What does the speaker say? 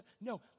no